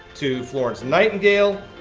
to florence nightingale,